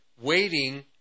Waiting